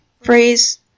phrase